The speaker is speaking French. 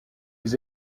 les